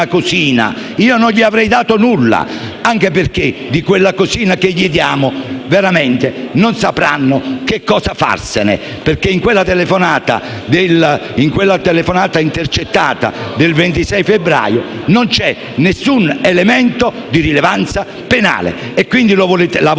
Io non gli avrei dato nulla, anche perché di quella cosina che gli diamo veramente non sapranno cosa farsene, perché in quella telefonata intercettata del 26 febbraio non c'è nessun elemento di rilevanza penale. Pertanto,